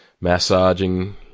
massaging